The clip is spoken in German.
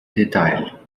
detail